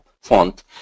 font